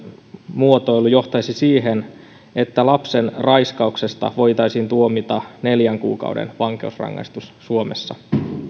muotoilu johtaisi siihen että lapsen raiskauksesta voitaisiin tuomita neljän kuukauden vankeusrangaistus suomessa